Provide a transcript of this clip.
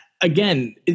again